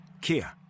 Kia